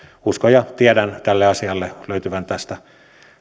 uskon ja tiedän tälle asialle löytyvän tästä